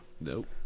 Nope